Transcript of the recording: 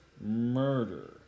murder